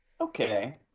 Okay